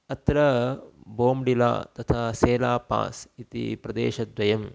अत्र बोम्डिला तथा सेला पास् इति प्रदेशद्वयम्